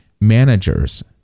managers